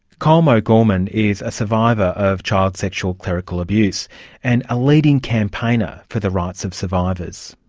colm o'gorman is a survivor of child sexual clerical abuse and a leading campaigner for the rights of survivors.